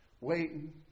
waiting